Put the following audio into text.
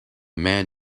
man